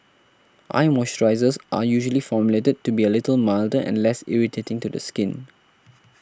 eye moisturisers are usually formulated to be a little milder and less irritating to the skin